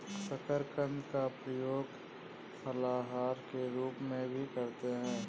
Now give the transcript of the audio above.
शकरकंद का प्रयोग फलाहार के रूप में भी करते हैं